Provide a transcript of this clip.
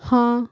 हाँ